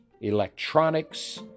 electronics